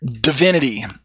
divinity